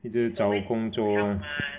一直找工作